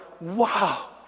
wow